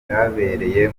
bwabereye